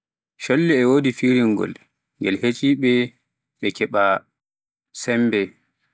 cholli e njaaha e nde zugaaji, so ɓe nymdi nyamunda e ladde.